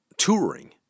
Touring